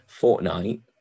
Fortnite